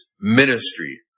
ministry